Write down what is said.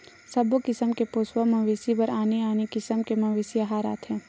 सबो किसम के पोसवा मवेशी बर आने आने किसम के मवेशी अहार आथे